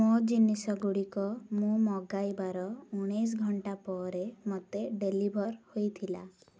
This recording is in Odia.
ମୋ ଜିନିଷ ଗୁଡ଼ିକ ମୁଁ ମଗାଇବାର ଉଣେଇଶ ଘଣ୍ଟା ପରେ ମୋତେ ଡେଲିଭର୍ ହୋଇଥିଲା